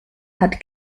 hat